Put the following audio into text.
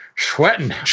sweating